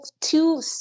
two